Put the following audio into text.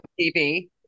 TV